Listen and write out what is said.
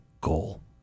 goal